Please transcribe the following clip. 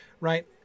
Right